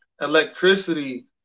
electricity